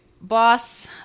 boss